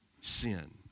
sin